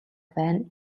байна